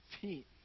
feet